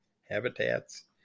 habitats